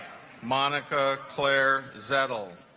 monica claire settle